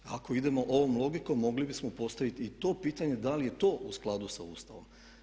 Ako idemo ovom logikom mogli bismo postaviti i to pitanje da li je to u skladu sa Ustavom.